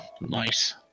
Nice